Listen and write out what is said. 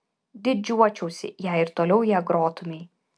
didžiuočiausi jei ir toliau ja grotumei